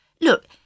Look